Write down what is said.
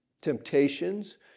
Temptations